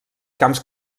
camps